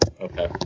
okay